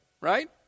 right